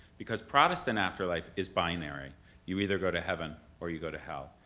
because protestant afterlife is binary you either go to heaven or you go to hell.